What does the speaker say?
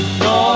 no